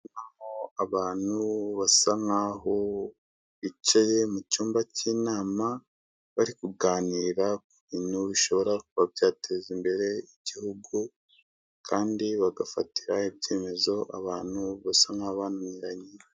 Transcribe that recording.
Ndabonamo abantu basa nk'aho bicaye mu cyumba cy'inama bari kuganira kubintu bishobora kuba byateza imbere igihugu kandi bagafatira ibyemezo abantu basa nk'abananiranye.